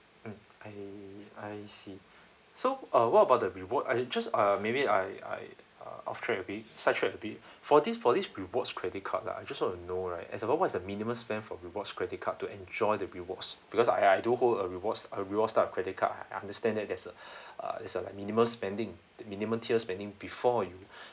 mm I I see so uh what about the rewards I just uh maybe I I uh off track a bit sidetrack a bit for this for this rewards credit card lah I just want to know right as about what is the minimum spend for rewards credit card to enjoy the rewards because I I do hold a rewards a rewards type of credit card I understand that there's a uh there's a minimum spending the minimum tier spending before you